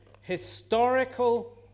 historical